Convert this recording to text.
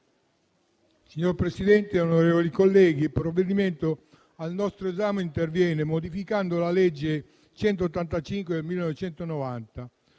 Signor Presidente, onorevoli colleghi, il provvedimento al nostro esame interviene modificando la legge n. 185 del 1990,